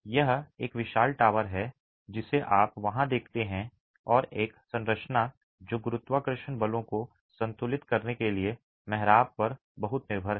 यह एक विशाल टॉवर है जिसे आप वहां देखते हैं और एक संरचना जो गुरुत्वाकर्षण बलों को संतुलित करने के लिए मेहराब पर बहुत निर्भर है